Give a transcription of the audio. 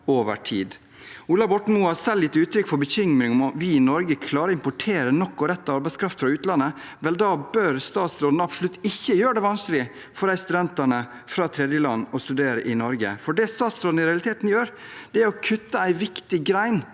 over tid. Ola Borten Moe har selv gitt uttrykk for bekymring over at vi i Norge ikke klarer å importere nok og rett arbeidskraft fra utlandet. Da bør statsråden absolutt ikke gjøre det vanskelig for studenter fra tredjeland å studere i Norge. Det statsråden i realiteten gjør, er å kutte en viktig gren